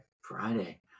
Friday